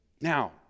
Now